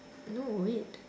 no wait